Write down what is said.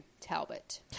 Talbot